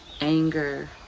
anger